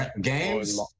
Games